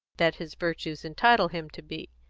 that his virtues entitle him to be.